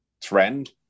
trend